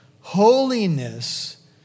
Holiness